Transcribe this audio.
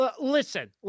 Listen